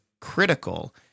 critical